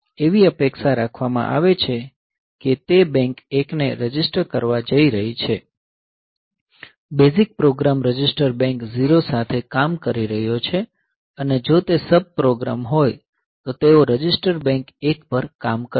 એવી અપેક્ષા રાખવામાં આવે છે કે તે બેંક 1 ને રજીસ્ટર કરવા જઈ રહી છે બેઝીક પ્રોગ્રામ રજિસ્ટર બેંક 0 સાથે કામ કરી રહ્યો છે અને જો તે સબ પ્રોગ્રામ્સ હોય તો તેઓ રજિસ્ટર બેંક 1 પર કામ કરશે